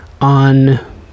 on